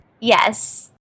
Yes